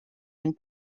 and